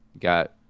got